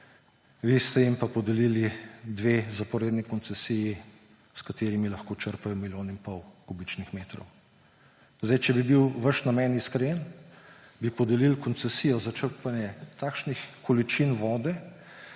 vi ste jim pa podelili dve zaporedni koncesiji, s katerimi lahko črpajo milijon in pol kubičnih metrov. Če bi bil vaš namen iskren, bi podelili koncesijo za črpanje takšnih količin vode,